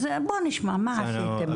אז בוא נשמע מה עשיתם?